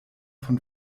von